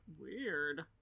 Weird